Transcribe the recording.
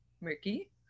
murky